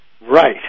Right